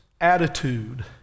attitude